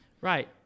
Right